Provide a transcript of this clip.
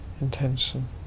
intention